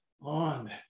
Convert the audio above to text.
on